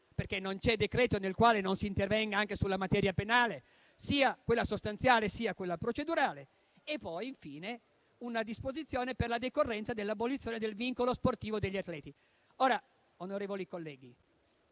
(perché non c'è decreto nel quale non si intervenga anche sulla materia penale, sia quella sostanziale, sia quella procedurale); infine, una disposizione per la decorrenza dell'abolizione del vincolo sportivo degli atleti. Onorevoli colleghi,